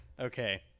Okay